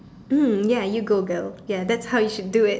mm ya you go girl ya that's how you should do it